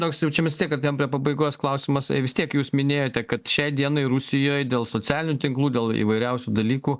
toks jau čia mes artėjam prie pabaigos klausimas tai vis tiek jūs minėjote kad šiai dienai rusijoj dėl socialinių tinklų dėl įvairiausių dalykų